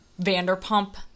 Vanderpump